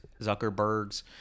zuckerbergs